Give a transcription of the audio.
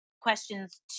questions